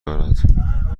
دارد